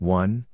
one